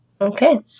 Okay